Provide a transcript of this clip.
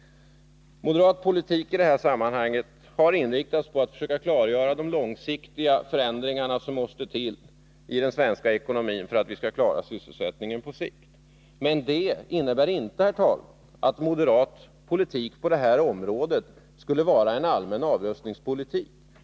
Moderat politik i det här sammanhanget har inriktats på att försöka klargöra de långsiktiga förändringar som måste till i den svenska ekonomin för att vi skall klara sysselsättningen på sikt. Men det innebär inte att moderat politik på detta område skulle vara en allmän avrustningspolitik.